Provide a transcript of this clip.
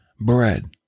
bread